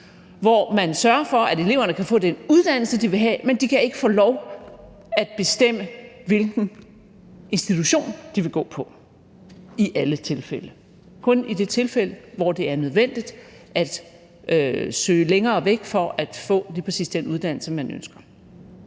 hvor man sørger for, at eleverne kan få den uddannelse, de vil have, men ikke i alle tilfælde kan få lov til at bestemme, hvilken institution de vil gå på – kun i det tilfælde, hvor det er nødvendigt at søge længere væk for at få lige præcis den uddannelse, man ønsker.